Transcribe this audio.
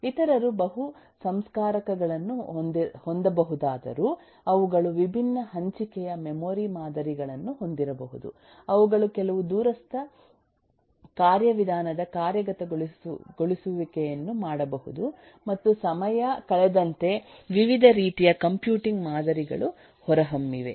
ಇತರರು ಬಹು ಸಂಸ್ಕಾರಕಗಳನ್ನು ಹೊಂದಬಹುದಾದರೂ ಅವುಗಳು ವಿಭಿನ್ನ ಹಂಚಿಕೆಯ ಮೆಮೊರಿ ಮಾದರಿಗಳನ್ನು ಹೊಂದಿರಬಹುದು ಅವುಗಳು ಕೆಲವು ದೂರಸ್ಥ ಕಾರ್ಯವಿಧಾನದ ಕಾರ್ಯಗತಗೊಳಿಸುವಿಕೆಯನ್ನು ಮಾಡಬಹುದು ಮತ್ತು ಸಮಯ ಕಳೆದಂತೆ ವಿವಿಧ ರೀತಿಯ ಕಂಪ್ಯೂಟಿಂಗ್ ಮಾದರಿಗಳು ಹೊರಹೊಮ್ಮಿವೆ